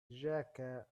jaka